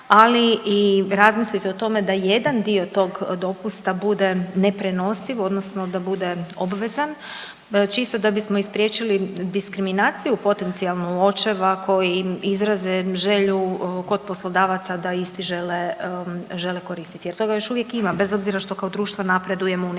ali i razmisliti o tome da jedan dio tog dopusta bude neprenosiv odnosno da bude obvezan čisto da bismo i spriječili diskriminaciju potencijalnu očeva koji izraze želju kod poslodavaca da isti žele, žele koristiti jer toga još uvijek ima bez obzira što kao društvo napredujemo u nekim